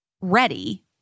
ready